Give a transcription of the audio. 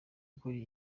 ukuri